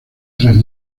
tres